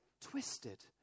twisted